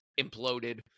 Imploded